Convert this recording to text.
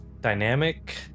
dynamic